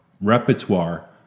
repertoire